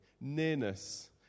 nearness